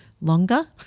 longer